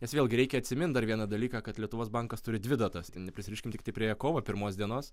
nes vėlgi reikia atsimint dar vieną dalyką kad lietuvos bankas turi dvi datas tai neprisiriškim tiktai prie kovo pirmos dienos